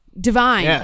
divine